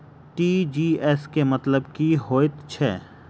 TGS केँ मतलब की हएत छै?